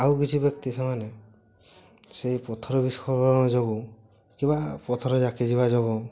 ଆଉ କିଛି ବ୍ୟକ୍ତି ସେମାନେ ସେଇ ପଥର ବିସ୍ଫୋରଣ ଯୋଗୁଁ କିବା ପଥର ଜାକି ଯିବା ଯୋଗୁଁ